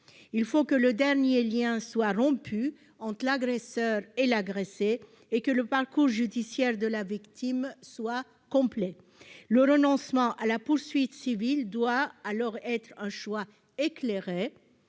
Il faut que le dernier lien soit rompu entre l'agresseur et l'agressé et que le parcours judiciaire de la victime soit complet. Le renoncement à la poursuite civile doit alors être un choix éclairé,